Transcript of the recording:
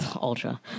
ultra